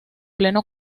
pleno